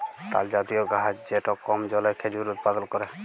তালজাতীয় গাহাচ যেট কম জলে খেজুর উৎপাদল ক্যরে